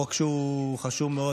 חוק שהוא חשוב מאוד.